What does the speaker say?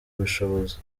ubushobozi